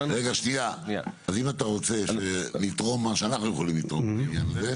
אם אתה רוצה לתרום מה שאנחנו יכולים לתרום בעניין הזה,